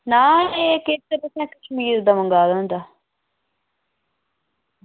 ना एह् केह् असें कशमीर दा मंगवाए दा होंदा